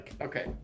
Okay